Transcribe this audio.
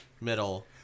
middle